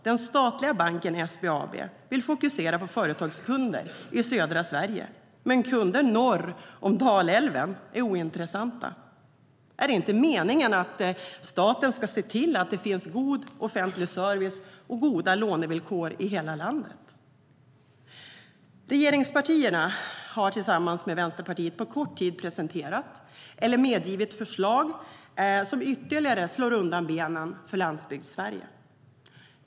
Den statliga banken SBAB vill alltså fokusera på företagskunder i södra Sverige. Kunder norr om Dalälven är ointressanta. Regeringspartierna har tillsammans med Vänsterpartiet på kort tid presenterat eller medgivit förslag som ytterligare slår undan benen för Landsbygdssverige.